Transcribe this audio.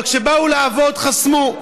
אבל כשבאו לעבוד, חסמו.